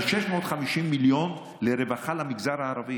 אלו 650 מיליון לרווחה למגזר הערבי,